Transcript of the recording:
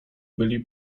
byli